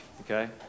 okay